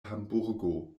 hamburgo